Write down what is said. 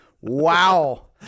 Wow